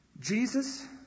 Jesus